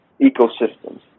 ecosystems